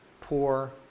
poor